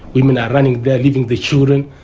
women are running there, leaving their children,